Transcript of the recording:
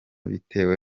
bitewe